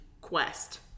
Quest